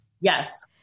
Yes